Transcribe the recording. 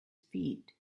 feet